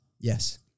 yes